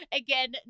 again